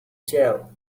jail